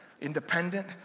Independent